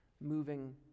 moving